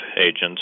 agents